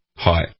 Hi